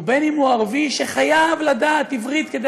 ובין שהוא ערבי שחייב לדעת עברית כדי